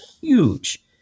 huge